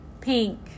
pink